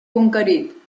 conquerit